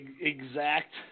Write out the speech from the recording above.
exact